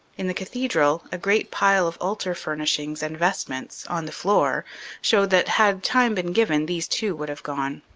in the cathedral, a great pile of altar furnishings and vest ments on the floor showed that had time been given these too would have gone.